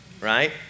right